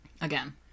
Again